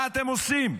מה אתם עושים?